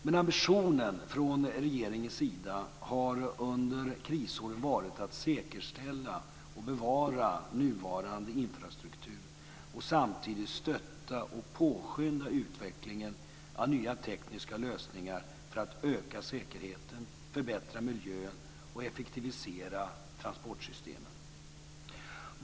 Men ambitionen från regeringens sida har under krisåren varit att säkerställa och bevara nuvarande infrastruktur och samtidigt stötta och påskynda utvecklingen av nya tekniska lösningar för att öka säkerheten, förbättra miljön och effektivisera transportsystemen.